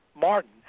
Martin